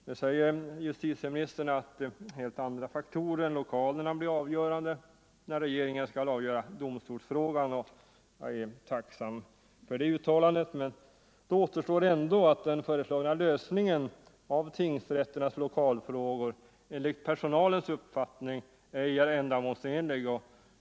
Nu säger justitieministern att helt andra faktorer än lokalerna blir avgörande när regeringen skall besluta i domstolsfrågan. Jag är tacksam för det uttalandet, men då återstår i alla fall att den föreslagna lösningen av tingsrätternas lokalfrågor enligt personalens uppfattning inte är ändamäålsenlig.